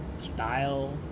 style